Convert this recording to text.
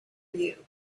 you